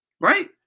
Right